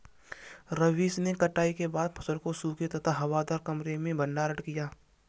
रवीश ने कटाई के बाद फसल को सूखे तथा हवादार कमरे में भंडारण किया